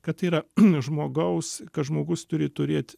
kad tai yra žmogaus žmogus turi turėt